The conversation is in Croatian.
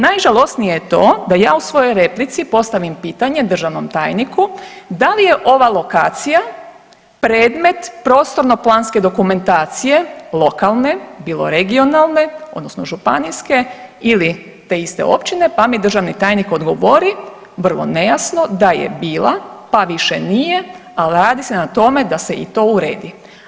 Najžalosnije je to da ja u svojoj replici postavim pitanje državnom tajniku, da li je ova lokacija predmet prostorno planske dokumentacije lokalne bilo regionalne odnosno županijske ili te iste općine pa mi državni tajnik odgovori vrlo nejasno da je bila pa više nije, ali radi se na tome da se i to uredi.